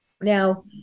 Now